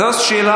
אז זאת שאלה,